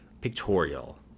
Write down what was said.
Pictorial